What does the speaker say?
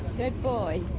good boy.